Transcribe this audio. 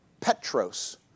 Petros